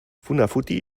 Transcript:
funafuti